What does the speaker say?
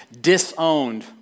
disowned